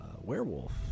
werewolf